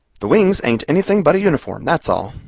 the wings ain't anything but a uniform, that's all.